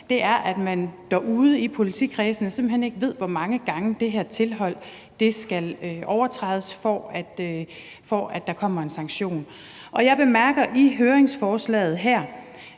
er, at man derude i politikredsene simpelt hen ikke ved, hvor mange gange det her tilhold skal overtrædes, for at der kommer en sanktion. Jeg bemærker i høringssvaret til